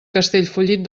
castellfollit